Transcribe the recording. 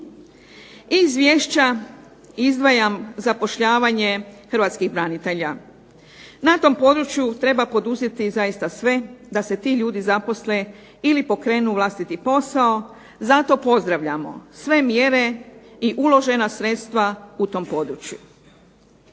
Iz izvješća izdvajam zapošljavanje hrvatskih branitelja. Na tom području treba poduzeti zaista sve da se ti ljudi zaposle ili pokrenu vlastiti posao. Zato pozdravljamo sve mjere i uložena sredstva u tom području.